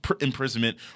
imprisonment